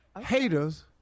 Haters